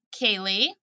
Kaylee